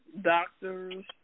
doctors